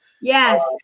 Yes